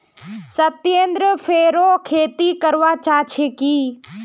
सत्येंद्र फेरो खेती करवा चाह छे की